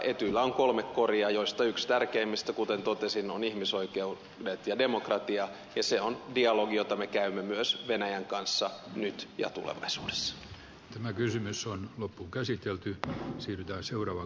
etyjillä on kolme koria joista yksi tärkeimmistä kuten totesin ovat ihmisoikeudet ja demokratia ja se on dialogi jota me käymme myös venäjän kanssa nyt ja tulevaisuudessa tämä kysymys on loppuunkäsitelty vaan siirtää seuraavaan